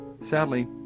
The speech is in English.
Sadly